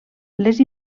les